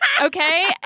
okay